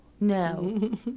no